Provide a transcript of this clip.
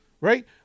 right